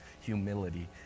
humility